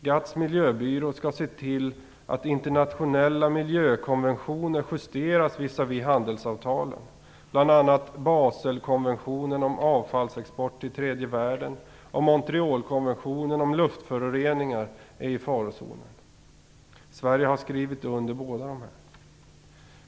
GATT:s miljöbyrå skall se till att internationella miljökonventioner justeras visavi handelsavtalen. Bl.a. Baselkonventionen om avfallsexport till tredje världen och Montrealkonventionen om luftföroreningar är i farozonen. Sverige har skrivit under båda.